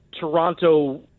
Toronto